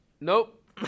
Nope